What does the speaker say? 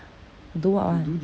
do what [one]